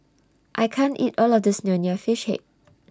I can't eat All of This Nonya Fish Head